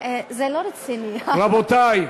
זה לא רציני --- רבותי.